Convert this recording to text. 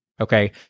Okay